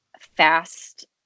fast